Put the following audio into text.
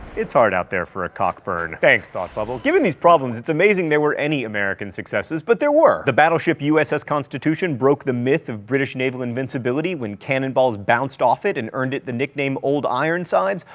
it's hard out there for a cockburn. thanks, thought bubble. given these problems it's amazing there were any american successes, but there were. the battleship uss constitution broke the myth of british naval invincibility when cannonballs bounced off it and earned it the nickname old ironsides.